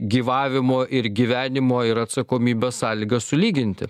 gyvavimo ir gyvenimo ir atsakomybės sąlygas sulyginti